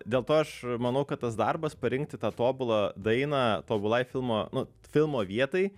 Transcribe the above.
dėl to aš manau kad tas darbas parinkti tą tobulą dainą tobulai filmo nu filmo vietai